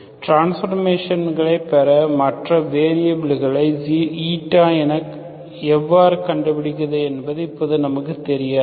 டிரான்ஸ்பார்மேசனைப் பெற மற்ற வெரியபில் களை எவ்வாறு கண்டுபிடிப்பது என்பது இப்போது நமக்கு தெரியாது